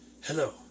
Hello